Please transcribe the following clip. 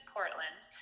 Portland